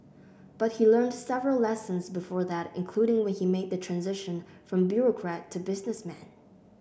but he learnt several lessons before that including when he made the transition from bureaucrat to businessman